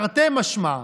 תרתי משמע,